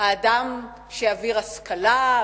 האדם שיעביר השכלה,